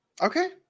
okay